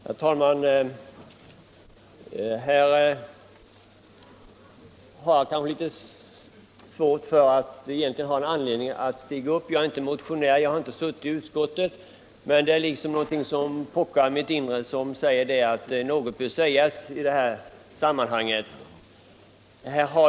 Herr talman! Jag kan i och för sig inte peka på någon egentlig anledning att ta till orda i denna fråga, eftersom jag inte är motionär och inte heller är ledamot av jordbruksutskottet. Jag känner dock ett behov att säga några ord i detta sammanhang.